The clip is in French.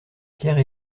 pierre